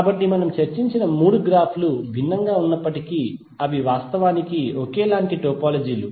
కాబట్టి మనము చర్చించిన మూడు గ్రాఫ్ లు భిన్నంగా ఉన్నప్పటికీ అవి వాస్తవానికి ఒకేలాంటి టోపోలాజీ లు